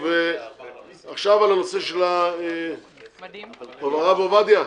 עכשיו הנושא של הרב עובדיה.